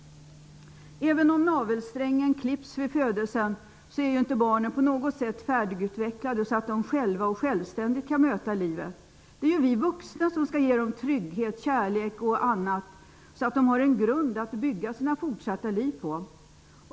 Även om navelsträngen klipps vid födelsen är barnen inte på något sätt färdigutvecklade så att de själva och självständigt kan möta livet. Det är ju vi vuxna som skall ge dem trygghet, kärlek och annat så att de har en grund att bygga sina fortsatta liv på.